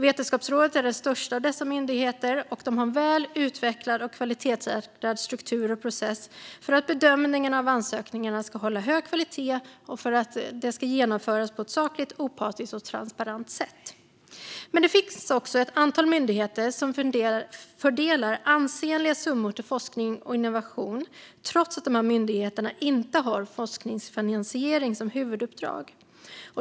Vetenskapsrådet är den största av dessa myndigheter och har en väl utvecklad och kvalitetssäkrad struktur och process för att bedömningarna av ansökningarna ska hålla hög kvalitet och genomföras på ett sakligt, opartiskt och transparent sätt. Men det finns också ett antal myndigheter som fördelar ansenliga summor till forskning och innovation trots att de inte har forskningsfinansiering som huvuduppdrag.